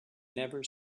never